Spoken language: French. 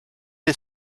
les